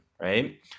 right